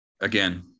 again